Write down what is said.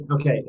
Okay